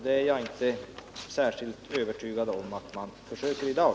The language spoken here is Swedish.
Det är jag inte särskilt övertygad om att man försöker i dag.